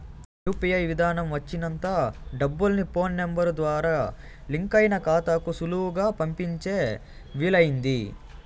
UPI విదానం వచ్చినంత డబ్బుల్ని ఫోన్ నెంబరు ద్వారా లింకయిన కాతాలకు సులువుగా పంపించే వీలయింది